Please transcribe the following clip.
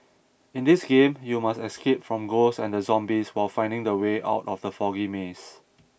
in this game you must escape from ghosts and the zombies while finding the way out from the foggy maze